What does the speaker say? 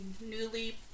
newly